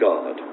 God